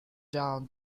down